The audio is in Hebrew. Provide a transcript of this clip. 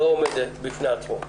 לא עומד בפני עצמו.